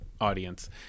audience